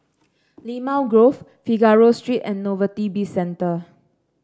Limau Grove Figaro Street and Novelty Bizcentre